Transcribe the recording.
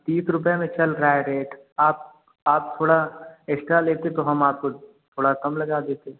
तीस रुपए में चल रहा है रेट आप आप थोड़ा एक्स्ट्रा लेते तो हम आपको थोड़ा कम लगा देते